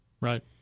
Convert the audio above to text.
Right